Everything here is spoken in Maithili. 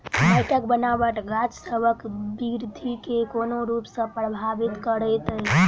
माइटक बनाबट गाछसबक बिरधि केँ कोन रूप सँ परभाबित करइत अछि?